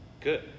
good